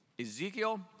Ezekiel